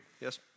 Yes